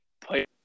play